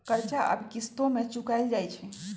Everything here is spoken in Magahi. कर्जा अब किश्तो में चुकाएल जाई छई